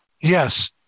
Yes